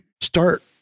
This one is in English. start